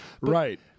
Right